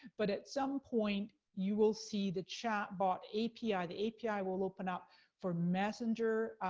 but at some point, you will see the chatbot api. the api will open up for messenger,